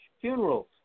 funerals